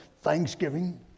thanksgiving